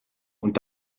und